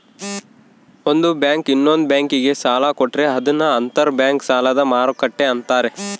ಒಂದು ಬ್ಯಾಂಕು ಇನ್ನೊಂದ್ ಬ್ಯಾಂಕಿಗೆ ಸಾಲ ಕೊಟ್ರೆ ಅದನ್ನ ಅಂತರ್ ಬ್ಯಾಂಕ್ ಸಾಲದ ಮರುಕ್ಕಟ್ಟೆ ಅಂತಾರೆ